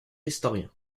historiens